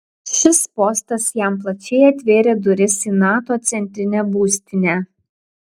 šis postas jam plačiai atvėrė duris į nato centrinę būstinę